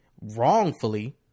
wrongfully